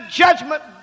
judgment